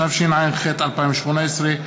התשע"ח 2018,